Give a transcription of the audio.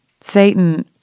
Satan